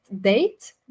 date